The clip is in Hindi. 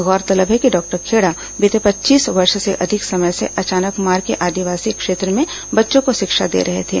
गौरतलब है कि डॉक्टर खेड़ा बीते पच्चीस वर्ष से अधिक समय से अचानकमार के आदिवासी क्षेत्र में बच्चों को शिक्षा दे रहे थे